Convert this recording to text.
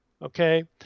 Okay